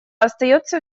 остается